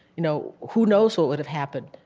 you know who knows what would have happened.